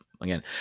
again